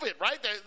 right